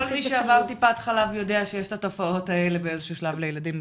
כל מי שעבר טיפת חלב יודע שיש התופעות האלה בשלב כלשהו לילדים,